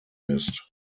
ist